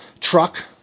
truck